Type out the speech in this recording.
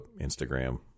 Instagram